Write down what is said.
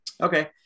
Okay